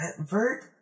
Vert